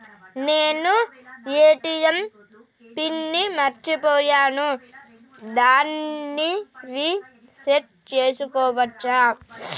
నేను ATM pin ని మరచిపోయాను దాన్ని రీ సెట్ చేసుకోవచ్చా?